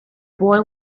boy